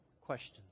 questions